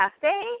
Cafe